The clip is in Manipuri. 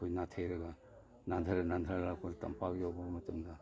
ꯑꯩꯈꯣꯏ ꯅꯥꯊꯩꯔꯕ ꯅꯥꯟꯗꯔ ꯅꯥꯟꯗꯔ ꯂꯥꯛꯄꯁꯤ ꯇꯝꯄꯥꯛ ꯌꯧꯕ ꯃꯇꯝꯗ